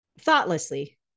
thoughtlessly